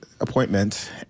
appointment